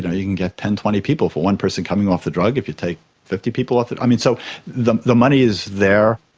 and you can get ten, twenty people for one person coming off the drug, if you take fifty people off it, so the the money is there.